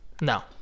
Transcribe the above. No